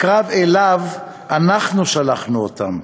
הקרב שאליו אנחנו שלחנו אותם.